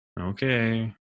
okay